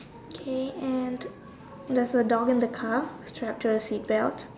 okay and there's a dog in the car trapped with seat belt